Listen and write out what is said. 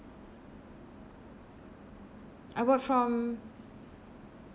I bought from